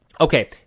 okay